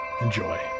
Enjoy